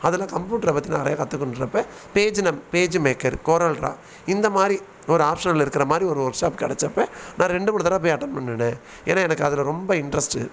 அதில் கம்ப்யூட்ரை பற்றி நிறைய கற்றுக்கணுன்றப்ப பேஜு நம் பேஜு மேக்கர் கோரல் ட்ரா இந்த மாதிரி ஒரு ஆப்ஷனல் இருக்கிற மாதிரி ஒரு ஒர்க் ஷாப் கிடச்சப்ப நான் ரெண்டு மூணு தடவை போய் அட்டென்ட் பண்ணினேன் ஏன்னால் எனக்கு அதில் ரொம்ப இன்ட்ரெஸ்ட்டு